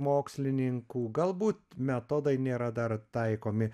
mokslininkų galbūt metodai nėra dar taikomi